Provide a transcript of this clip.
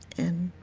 and